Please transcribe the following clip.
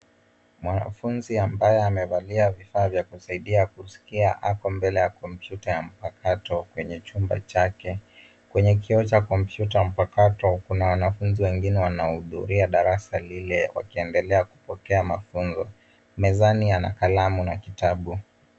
Mwanafunzi ambaye amevalia vifaa vya kusaidia kusikia ako mbele ya kompyuta ya mpakato kwenye chumba chake. Kwenye kioo cha kompyuta mpakato kuna wanafunzi wengine wanahudhuria darasa lile wakiendelea kupokea mafunzo. Mezani ana kalamu na kitabu.